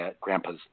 Grandpa's